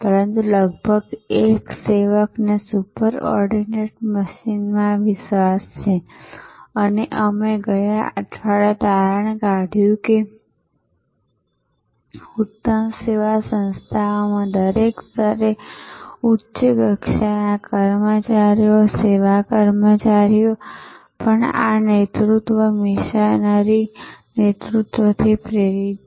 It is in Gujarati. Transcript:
પરંતુ લગભગ એક સેવકને સુપર ઓર્ડિનેટ મશીનમાં વિશ્વાસ છે અને અમે ગયા અઠવાડિયે તારણ કાઢ્યું છે કે ઉત્તમ સેવા સંસ્થાઓમાં દરેક સ્તરે ઉચ્ચ કક્ષાના કર્મચારીઓ સેવા કર્મચારીઓ પણ આ નેતૃત્વ મિશનરી નેતૃત્વથી પ્રેરિત છે